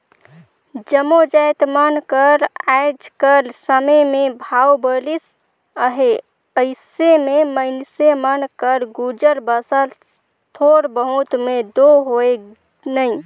जम्मो जाएत मन कर आएज कर समे में भाव बढ़िस अहे अइसे में मइनसे मन कर गुजर बसर थोर बहुत में दो होए नई